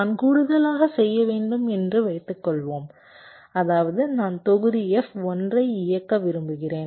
நான் கூடுதலாக செய்ய வேண்டும் என்று வைத்துக்கொள்வோம் அதாவது நான் தொகுதி F1 ஐ இயக்க விரும்புகிறேன்